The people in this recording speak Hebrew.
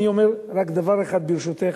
אני אומר רק דבר אחד, ברשותך.